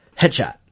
headshot